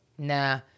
Nah